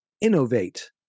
innovate